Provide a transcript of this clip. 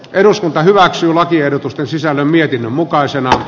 eduskunta hyväksyy lakiehdotusten sisällön mietinnön mukaisena